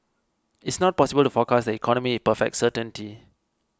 it's not possible to forecast the economy in perfect certainty